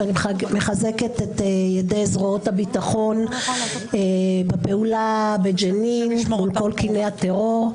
בכך שאני מחזקת את ידי זרועות הביטחון בפעולה בג'נין בכל קיני הטרור.